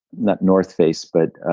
not north face but